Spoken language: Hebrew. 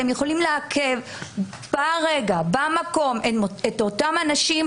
אתם יכולים לעכב באותו רגע, במקום את אותם אנשים,